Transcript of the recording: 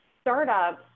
startups